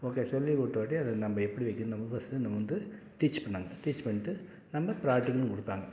okay சொல்லி கொடுத்தவாட்டி அதை நம்ப எப்படி வைக்கணும் நமக்கு வசதி நம்ம வந்து டீச் பண்ணாங்க டீச் பண்ணிவிட்டு நல்லா ப்ராக்டிக்கலும் கொடுத்தாங்க